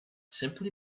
simply